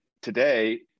today